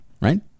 Right